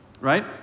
right